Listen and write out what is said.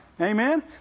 Amen